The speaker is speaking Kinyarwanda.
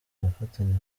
gufatanya